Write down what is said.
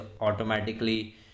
automatically